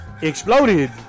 exploded